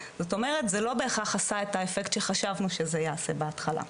זאת אומרת זה לא בהיכרך עשה את האפקט שחשבנו שזה יעשה בהתחלה.